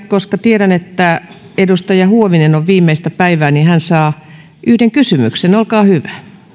koska tiedän että edustaja huovinen on viimeistä päivää niin hän saa yhden kysymyksen olkaa hyvä